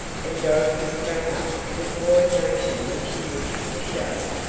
and dorothy sprang up with more emotion than she wished to show,